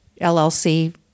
LLC